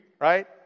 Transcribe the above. right